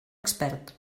expert